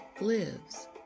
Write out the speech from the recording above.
lives